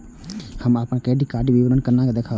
हम अपन credit card के विवरण केना देखब?